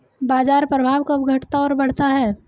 बाजार प्रभाव कब घटता और बढ़ता है?